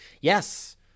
Yes